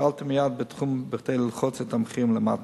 פעלתי מייד בתחום כדי ללחוץ את המחירים למטה.